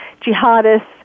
jihadists